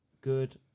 good